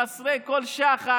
חסרי כל שחר,